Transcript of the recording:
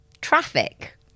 traffic